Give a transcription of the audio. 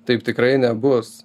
taip tikrai nebus